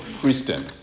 Christian